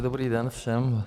Dobrý den všem.